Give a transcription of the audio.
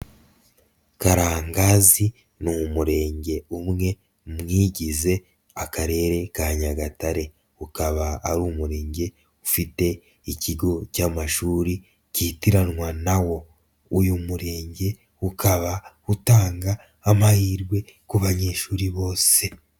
Karangazi ni umurenge umwe mwigize akarere ka nyagatare ukaba ari umurenge ufite ikigo cy'amashuri kitiranwa nawo, uyu murenge ukaba utanga amahirwe ku banyeshuri bose.